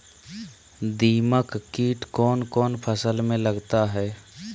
दीमक किट कौन कौन फसल में लगता है?